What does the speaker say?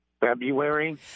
February